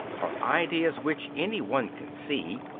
are ideas which, any one can see,